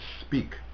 speak